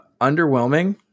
underwhelming